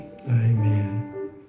Amen